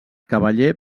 cavaller